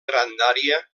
grandària